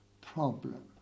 problem